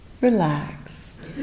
Relax